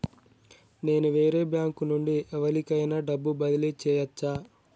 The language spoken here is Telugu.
నేను వేరే బ్యాంకు నుండి ఎవలికైనా డబ్బు బదిలీ చేయచ్చా?